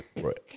Right